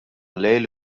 lejl